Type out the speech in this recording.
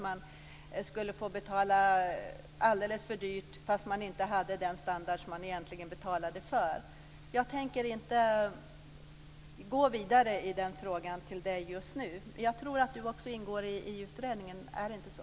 Man skulle inte behöva betala alldeles för mycket för en standard som man egentligen inte hade. Jag tänker inte gå vidare i denna fråga med Sten Lundström just nu. Jag tror att Sten Lundström också ingår i utredningen. Är det inte så?